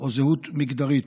או זהות מגדרית.